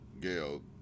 Gail